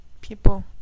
people